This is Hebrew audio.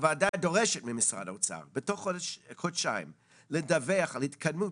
הוועדה דורשת ממשרד האוצר בתוך חודשיים לדווח על התקדמות